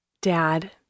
Dad